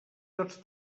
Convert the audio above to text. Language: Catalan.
tots